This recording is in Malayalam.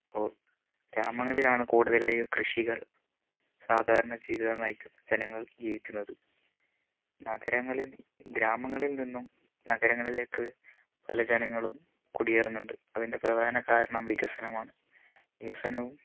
ഇപ്പോൾ ഗ്രാമങ്ങളിലാണ് കൂടുതലായും കൃഷികൾ സാധാരണ ജീവിതം നയിക്കുന്ന ജനങ്ങൾ ജീവിക്കുന്നത് നഗരങ്ങളിൽ ഗ്രാമങ്ങളിൽ നിന്നും നഗരങ്ങളിലേക്ക് പല ജനങ്ങളും കുടിയേറുന്നുണ്ട് അതിൻ്റെ പ്രധാന കാരണം വികസനം ആണ് വികസനവും